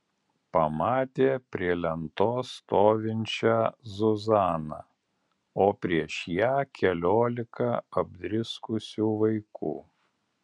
pamatė prie lentos stovinčią zuzaną o prieš ją keliolika apdriskusių vaikų